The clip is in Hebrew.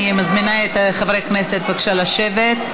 אני מזמינה את חברי הכנסת לשבת,